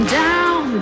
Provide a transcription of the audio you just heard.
down